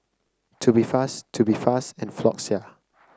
Tubifast Tubifast and Floxia